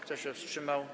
Kto się wstrzymał?